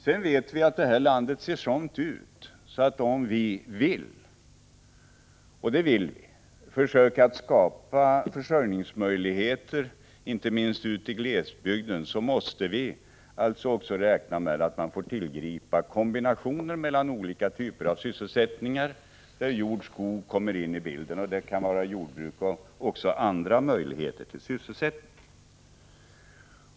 Sedan vet vi att det här landet har en sådan struktur att vi, om vi vill — och det vill vi — försöka skapa försörjningsmöjligheter inte minst ute i glesbygden, också måste räkna med att man får lov att tillgripa kombinationer av olika typer av sysselsättningar i de fall frågan om jord-skog kommer in i bilden. Det kan gälla både jordbruk och andra möjligheter till sysselsättning.